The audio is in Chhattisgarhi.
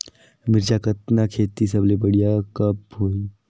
मिरचा कतना खेती सबले बढ़िया कब होही?